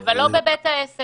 --- אבל לא בבית העסק.